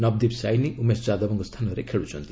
ନବଦୀପ ସାଇନି ଉମେଶ ଯାଦବଙ୍କ ସ୍ଥାନରେ ଖେଳୁଛନ୍ତି